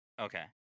Okay